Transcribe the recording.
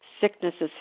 sicknesses